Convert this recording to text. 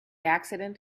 accident